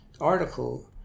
article